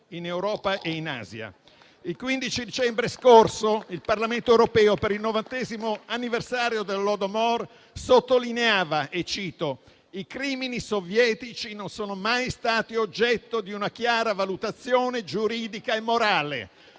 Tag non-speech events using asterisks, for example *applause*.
in Europa e in Asia. *applause* Il 15 dicembre scorso il Parlamento europeo, per il novantesimo anniversario dell'Holodomor, sottolineava che i crimini sovietici non sono mai stati oggetto di una chiara valutazione giuridica e moraleۚ